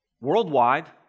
Worldwide